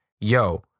Yo